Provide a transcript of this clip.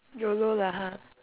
YOLO lah ha